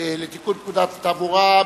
לתיקון פקודת התעבורה (מס'